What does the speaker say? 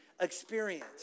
experience